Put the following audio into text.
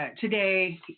today